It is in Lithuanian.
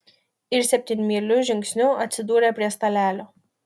ir septynmyliu žingsniu atsidūrė prie stalelio